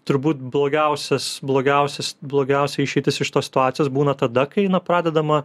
turbūt blogiausias blogiausias blogiausia išeitis iš tos situacijos būna tada kai pradedama